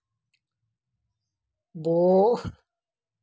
एक एकड़ कतेक किट नाशक लगही?